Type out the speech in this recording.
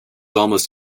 almost